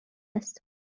است